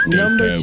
number